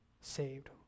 saved